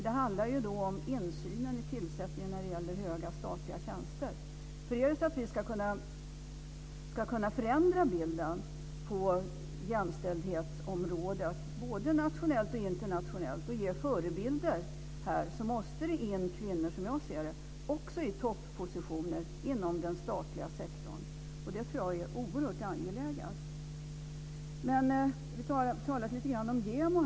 Det handlar om insynen vid tillsättningen av höga statliga tjänster. Om vi ska kunna förändra bilden på jämställdhetsområdet, både nationellt och internationellt, och ge förebilder, måste det in kvinnor också i toppositioner inom den statliga sektorn. Det är oerhört angeläget. Vi har talat om JämO.